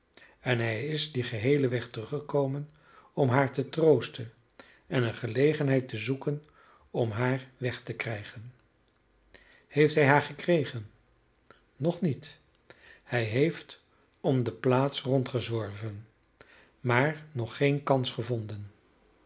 en hij is dien geheelen weg teruggekomen om haar te troosten en eene gelegenheid te zoeken om haar weg te krijgen heeft hij haar gekregen nog niet hij heeft om de plaats rond gezworven maar nog geen kans gevonden